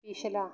ਪਿਛਲਾ